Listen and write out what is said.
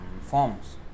forms